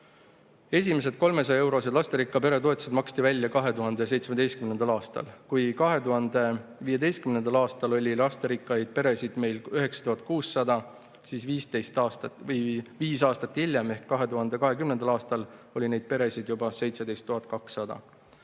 keskmes. Esimesed 300‑eurose lasterikka pere toetused maksti välja 2017. aastal. Kui 2015. aastal oli meil lasterikkaid peresid 9600, siis viis aastat hiljem ehk 2020. aastal oli neid peresid juba 17